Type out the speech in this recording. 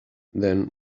then